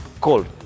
cold